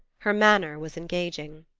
her manner was engaging.